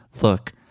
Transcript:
look